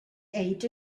ate